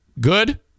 good